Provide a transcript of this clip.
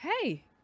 hey